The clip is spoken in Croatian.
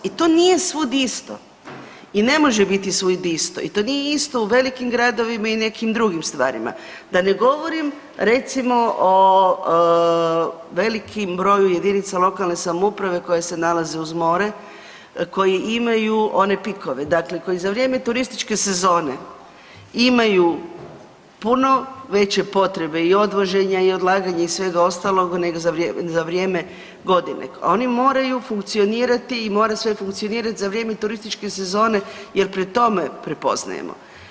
I to nije svud isto i ne može bit svud isto i to nije isto u velikim gradovima i nekim drugim stvarima da ne govorim recimo o velikom broju jedinica lokalne samouprave koje se nalaze uz more, koje imaju one pikove, koji za vrijeme turističke sezone imaju puno veće potrebe i odvoženja i odlaganja i svega ostalog nego za vrijeme godine, oni moraju funkcionirati i mora sve funkcionirati za vrijeme turističke sezone jel po tome prepoznajemo.